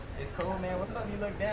it's cool man? what's up, you like